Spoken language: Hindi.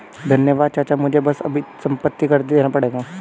धन्यवाद चाचा मुझे बस अब संपत्ति कर देना पड़ेगा